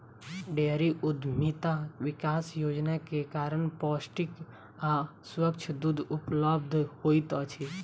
dairy उद्यमिता विकास योजना के कारण पौष्टिक आ स्वच्छ दूध उपलब्ध होइत अछि